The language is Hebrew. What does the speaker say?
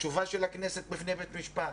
התשובה של הכנסת בפני בית משפט.